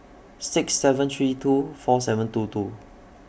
six seven three two four seven two two